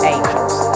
Angels